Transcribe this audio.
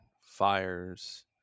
fires